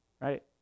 Right